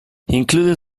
including